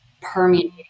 permeating